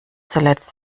zuletzt